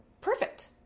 perfect